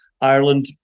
Ireland